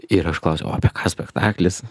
ir aš klausiau o apie ką spektaklis